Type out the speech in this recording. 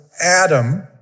Adam